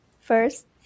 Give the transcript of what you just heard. first